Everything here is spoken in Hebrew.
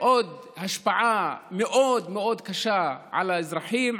עוד השפעה מאוד מאוד קשה על האזרחים,